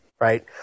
right